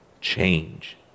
change